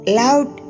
loud